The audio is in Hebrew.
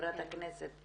חברת הכנסת